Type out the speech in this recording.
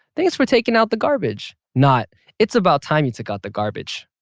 thanks for taking out the garbage not it's about time you took out the garbage